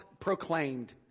proclaimed